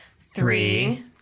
Three